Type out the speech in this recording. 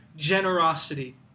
generosity